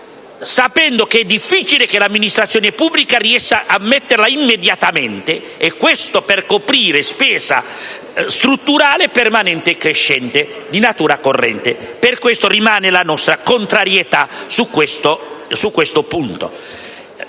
sapendo che è difficile che l'amministrazione pubblica riesca a metterla immediatamente, e questo per coprire una spesa strutturale permanente e crescente, di natura corrente. Per questo motivo rimane la nostra contrarietà su questo punto.